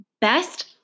Best